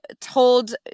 told